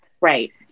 Right